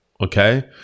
okay